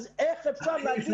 אתם